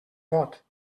vot